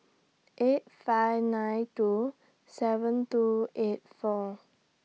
eight five nine two seven two eight four